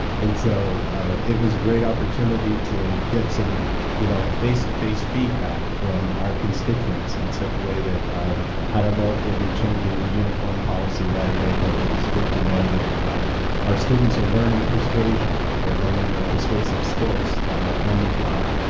and so it was a great opportunity to get some you know face-to-face feedback from our constituents in such a way that i don't know if we'll be changing the uniform policy right away, but it was good to know that our students are learning persuasion. they are learning their persuasive skills on the fly.